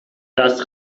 das